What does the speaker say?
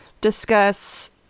discuss